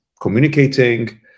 communicating